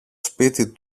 σπίτι